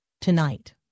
tonight